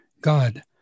God